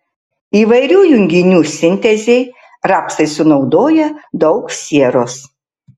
įvairių junginių sintezei rapsai sunaudoja daug sieros